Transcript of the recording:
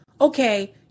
Okay